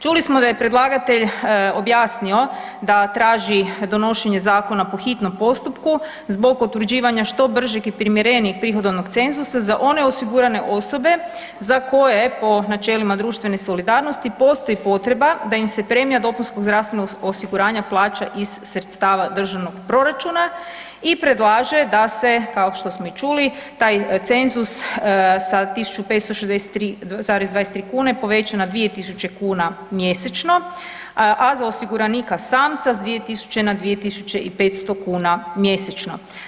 Čuli smo da je predlagatelj objasnio da traži donošenje zakona po hitnom postupku zbog utvrđivanja što bržeg i primjerenijeg prihodovnog cenzusa za one osigurane osobe za koje po načelima društvene solidarnosti postoji potreba da im se premija dopunskog zdravstvenog osiguranja plaća iz sredstava državnog proračuna i predlaže da se kao što smo i čuli taj cenzus sa 1563,23 kune poveća na 2000 kuna mjesečno a za osiguranika samca s 2000 na 2500 kuna mjesečno.